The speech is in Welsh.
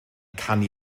canu